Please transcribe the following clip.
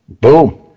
boom